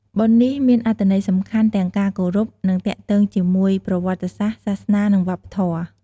បុណ្យនេះមានអត្ថន័យសំខាន់ទាំងការគោរព និងទាក់ទងជាមួយប្រវត្តិសាស្រ្ដ សាសនា និងវប្បធម៌។